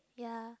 ya